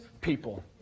People